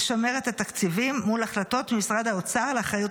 לשמר את התקציבים מול החלטות משרד האוצר לאחריות